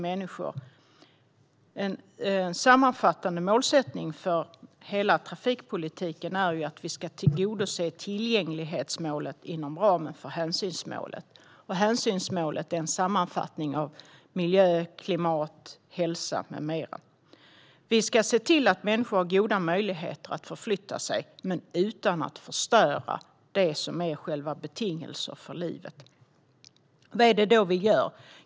En sammanfattande målsättning för hela trafikpolitiken är att vi ska tillgodose tillgänglighetsmålet inom ramen för hänsynsmålet. Hänsynsmålet är en sammanfattning av miljö, klimat, hälsa med mera. Vi ska se till att människor har goda möjligheter att förflytta sig men utan att förstöra det som är själva betingelsen för livet. Vad är det då vi gör?